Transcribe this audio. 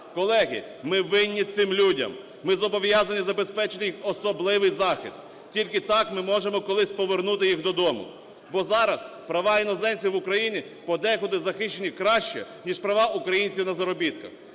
Колеги, ми винні цим людям, ми зобов'язані забезпечити їх особливий захист, тільки так ми можемо колись повернути їх додому. Бо зараз права іноземців в Україні подекуди захищені краще ніж права українців на заробітках.